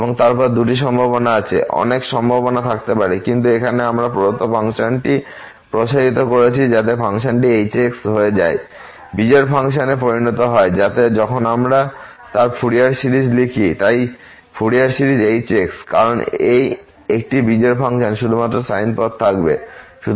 এবং তারপর দুটি সম্ভাবনা আছে অনেক সম্ভাবনা থাকতে পারে কিন্তু এখানে আমরা প্রদত্ত ফাংশনটি প্রসারিত করছি যাতে ফাংশনটি h হয়ে যায় বিজোড় ফাংশনে পরিণত হয় যাতে যখন আমরা তার ফুরিয়ার সিরিজ লিখি তাই ফুরিয়ার সিরিজ h কারণ এই একটি বিজোড় ফাংশন শুধুমাত্র সাইন পদ থাকবে